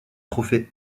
trophée